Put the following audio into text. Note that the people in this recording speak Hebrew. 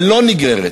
ולא נגררת,